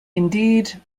indeed